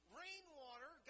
rainwater